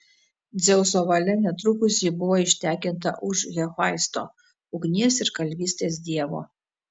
dzeuso valia netrukus ji buvo ištekinta už hefaisto ugnies ir kalvystės dievo